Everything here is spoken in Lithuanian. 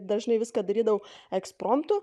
dažnai viską darydavau ekspromtu